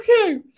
Okay